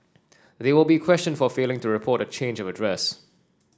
they will be questioned for failing to report a change of address